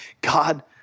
God